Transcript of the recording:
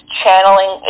channeling